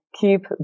keep